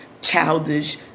childish